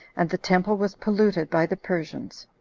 and the temple was polluted by the persians.